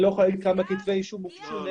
לא יכול להגיד כמה כתבי אישום הוגשו.